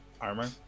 armor